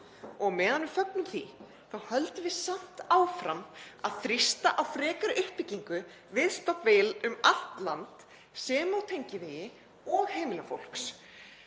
Meðan við fögnum því höldum við samt áfram að þrýsta á frekari uppbyggingu við stofnvegi um allt land sem og tengivegi og heimili fólks.